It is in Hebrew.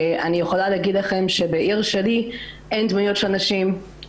בעיר שלי אין דמויות של נשים,